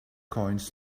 coins